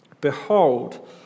behold